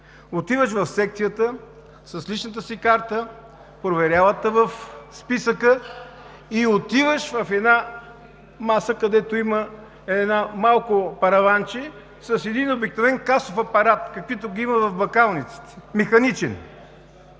Отиваш в секцията с личната си карта, проверяват те в списъка и отиваш при една маса, където има малко параванче с обикновен касов апарат – каквито ги има в бакалниците, механичен.